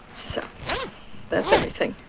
so that's everything